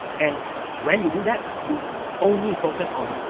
and when you do that you only focus on,